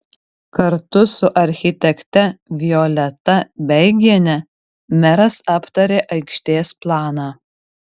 kartu su architekte violeta beigiene meras aptarė aikštės planą